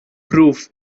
proof